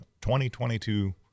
2022